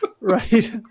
right